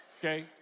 Okay